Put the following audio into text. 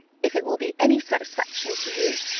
if it will be any satisfaction to you,